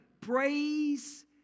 praise